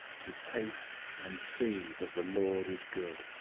to taste, and see, that the lord is good.